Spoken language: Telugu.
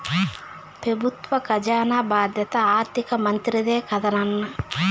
పెబుత్వ కజానా బాధ్యత ఆర్థిక మంత్రిదే కదన్నా